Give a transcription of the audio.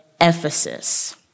Ephesus